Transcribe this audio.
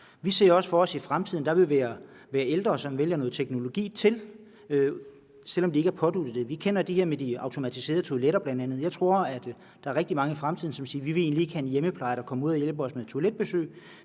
Vi ser også for os, at der i fremtiden vil være ældre, som vælger noget teknologi til, selv om de ikke er påduttet det. Vi kender bl.a. det her med de automatiserede toiletter. Jeg tror, at der er rigtig mange i fremtiden, som siger, at vi vil egentlig ikke have en hjemmepleje, der kommer ud og hjælper os med toiletbesøg;